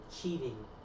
cheating